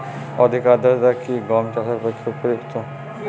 অধিক আর্দ্রতা কি গম চাষের পক্ষে উপযুক্ত?